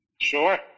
Sure